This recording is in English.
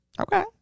Okay